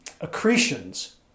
accretions